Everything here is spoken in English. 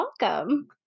Welcome